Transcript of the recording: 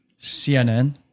CNN